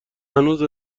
هنوز